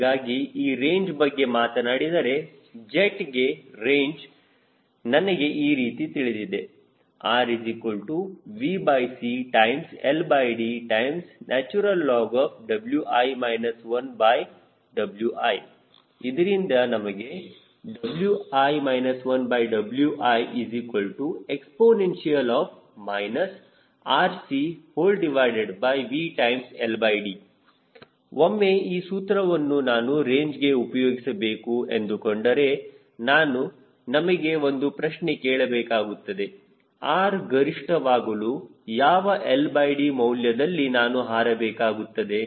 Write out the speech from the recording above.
ಹೀಗಾಗಿ ಈ ರೇಂಜ್ ಬಗ್ಗೆ ಮಾತನಾಡಿದರೆ ಜೆಟ್ ಗೆ ರೇಂಜ್ ನನಗೆ ಈ ರೀತಿ ತಿಳಿದಿದೆ RVCLDlnWi 1Wi ಇದರಿಂದ ನಮಗೆ Wi 1Wiexp RCVLD ಒಮ್ಮೆ ಈ ಸೂತ್ರವನ್ನು ನಾನು ರೇಂಜ್ಗೆ ಉಪಯೋಗಿಸಬೇಕು ಎಂದು ಕೊಂಡರೆ ನಾನು ನಮಗೆ ಒಂದು ಪ್ರಶ್ನೆ ಕೇಳಬೇಕಾಗುತ್ತದೆ R ಗರಿಷ್ಠ ವಾಗಿರಲು ಯಾವ LD ಮೌಲ್ಯದಲ್ಲಿ ನಾನು ಹಾರಬೇಕಾಗುತ್ತದೆ